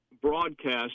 broadcast